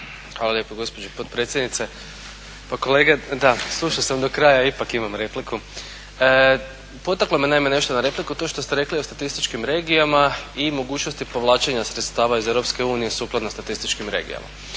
Hvala lijepa gospođo potpredsjednice. Pa kolega da slušao sam do kraja i ipak imam repliku. Potaklo me naime nešto na repliku, to što ste rekli o statističkim regijama i mogućnosti povlačenja sredstava iz EU sukladno statističkim regijama.